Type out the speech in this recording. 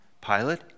Pilate